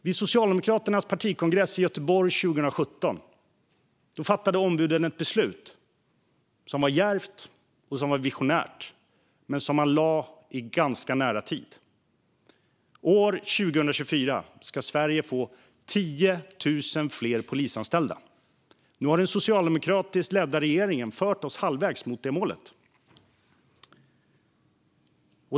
På Socialdemokraternas partikongress i Göteborg 2017 fattade ombuden ett beslut som var djärvt och visionärt men som man lade i ganska nära tid: År 2024 ska vi i Sverige ha 10 000 fler polisanställda. Nu har den socialdemokratiskt ledda regeringen fört oss halvvägs till det målet.